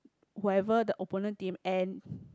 whoever the opponent team and